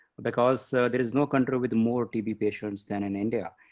because so there is no country with more tb patients than in india.